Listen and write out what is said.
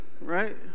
right